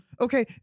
okay